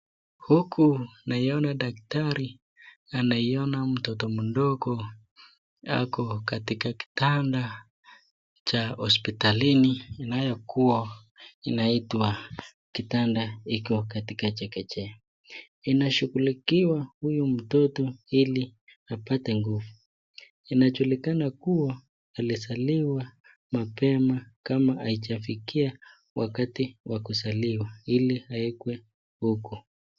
Huku tunamuina daktari tunaona mtoto mdogo ako katika kitanda cha hospitalini inayokuwa inaitwa kitanda ikiwa katika chekechea .Inashughulikia huyu mtoto ili apate nguvu. Inajulikana kuwa alizaliwa mapema kama haijafikia wakati wa kuzaliwa ili awekwe huku.